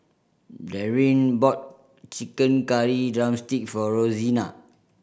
Darryn bought chicken curry drumstick for Rosena